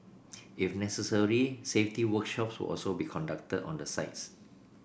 if necessary safety workshops will also be conducted on the sites